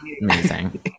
amazing